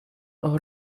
all